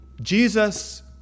Jesus